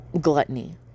gluttony